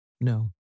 No